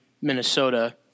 Minnesota